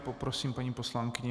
Poprosím paní poslankyni.